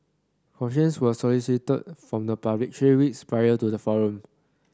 questions were solicited from the public three weeks prior to the forum